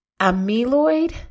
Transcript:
amyloid